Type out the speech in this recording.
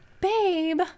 Babe